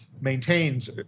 maintains